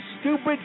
stupid